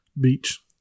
Beach